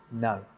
No